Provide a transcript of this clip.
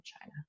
China